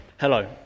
Hello